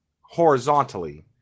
horizontally